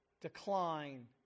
decline